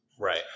Right